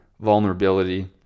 vulnerability